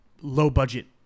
low-budget